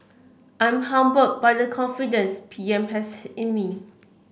I'm humbled by the confidence P M has in me